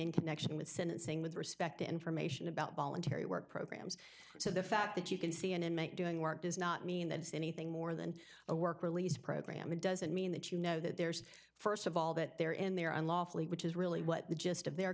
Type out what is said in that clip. in connection with sentencing with respect to information about voluntary work programs so the fact that you can see an inmate doing work does not mean that it's anything more than a work release program it doesn't mean that you know that there's first of all that they're in there unlawfully which is really what the gist of their